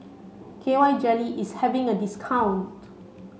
K Y jelly is having a discount